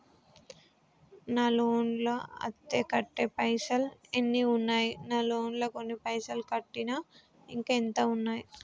నా లోన్ లా అత్తే కట్టే పైసల్ ఎన్ని ఉన్నాయి నా లోన్ లా కొన్ని పైసల్ కట్టిన ఇంకా ఎంత ఉన్నాయి?